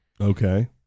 okay